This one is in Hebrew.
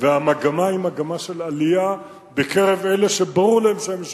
והמגמה היא מגמה של עלייה בקרב אלה שברור להם שהם משרתים,